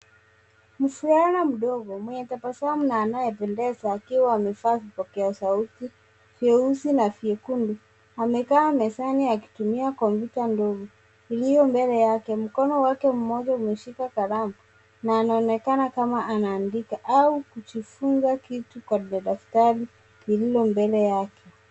Mvulana mdogo mwenye tabasamu na anayependeza, akiwa amevaa vipokea sauti vyeusi na vyekundu. Amekaa mezani akitumia kompyuta ndogo iliyo mbele yake, mkono wake mmoja umeshika kalamu na anaonekana kama anaandika au kujifunza kitu kwenye daftari lililo mbele yake.